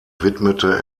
widmete